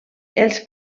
els